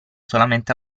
solamente